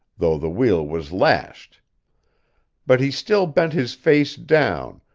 though the wheel was lashed but he still bent his face down,